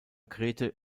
grete